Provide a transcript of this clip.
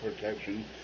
protection